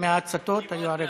מההצתות היו על רקע,